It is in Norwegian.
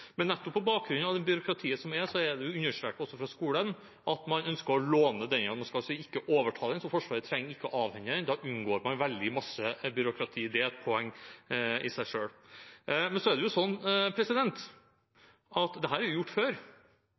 men nettopp på bakgrunn av det byråkratiet som er, er det understreket fra skolen at man ønsker å låne den. Man skal altså ikke overta den, så Forsvaret trenger ikke å avhende den. Da unngår man veldig masse byråkrati. Det er et poeng i seg selv. Men dette er gjort før. Det er ikke en ny problemstilling. Blant annet står det